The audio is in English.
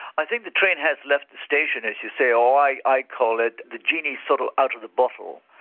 i think the train has left the station as you say, or i i call it the genie is sort of out of the bottle.